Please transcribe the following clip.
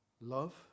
love